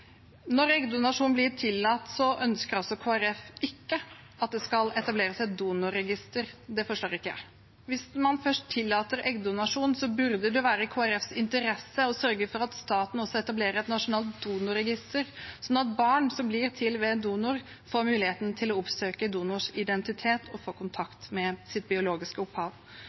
Når eggdonasjon blir tillatt, ønsker altså Kristelig Folkeparti ikke at det skal etableres et donorregister. Det forstår ikke jeg. Hvis man først tillater eggdonasjon, burde det være i Kristelig Folkepartis interesse å sørge for at staten også etablerer et nasjonalt donorregister, sånn at barn som blir til ved en donor, får muligheten til å oppsøke donors identitet og få kontakt med sitt biologiske opphav.